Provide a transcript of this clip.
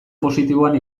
positiboan